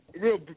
real